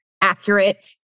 accurate